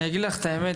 אני אגיד לך את האמת,